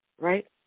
right